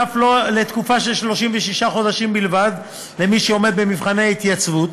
ואף לתקופה של 36 חודשים בלבד למי שעומד במבחני התייצבות